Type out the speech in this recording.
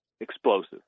explosive